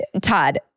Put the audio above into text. Todd